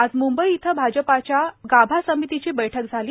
आज म्ंबई इथं भाजपाच्या गाभा समितीची बैठक झाली